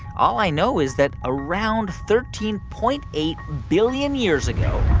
all i know is that around thirteen point eight billion years ago,